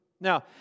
Now